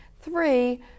three